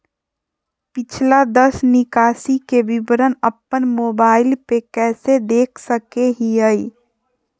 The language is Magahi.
पिछला दस निकासी के विवरण अपन मोबाईल पे कैसे देख सके हियई?